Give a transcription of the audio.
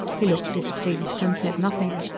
he looked displeased and said nothing.